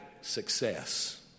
success